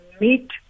meet